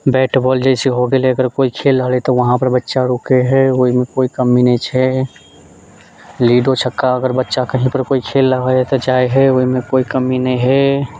bat ball जैसे हो गेलै अगर कोइ खेल रहलै तऽ वहाँपर बच्चा रूकै हय ओइमे कोइ कमी नहि छै लूडो छक्का अगर बच्चा कहींपर कोइ खेल रहलै तऽ जाइ हय ओइमे कोइ कमी नहि हय